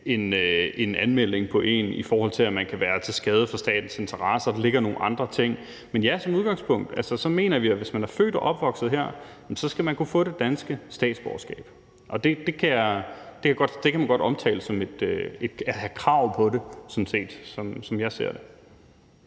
en anmærkning på en om, at man kan være til skade for statens interesser, og der ligger nogle andre ting. Men ja, som udgangspunkt mener vi, at hvis man er født og opvokset her, skal man kunne få det danske statsborgerskab, og det kan sådan set godt omtales som at have krav på det, som jeg ser det.